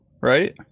right